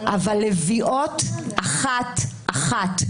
אבל לביאות אחת-אחת,